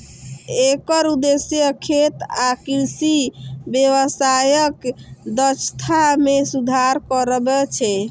एकर उद्देश्य खेत आ कृषि व्यवसायक दक्षता मे सुधार करब छै